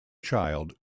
child